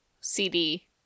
CD